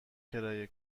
کرایه